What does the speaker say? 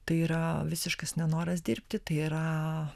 tai yra visiškas nenoras dirbti tai yra